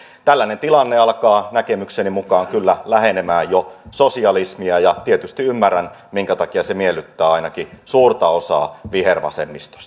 tällainen tilanne alkaa näkemykseni mukaan kyllä lähenemään jo sosialismia ja tietysti ymmärrän minkä takia se miellyttää ainakin suurta osaa vihervasemmistoa